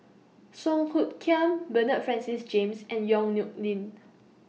Song Hoot Kiam Bernard Francis James and Yong Nyuk Lin